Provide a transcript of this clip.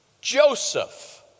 Joseph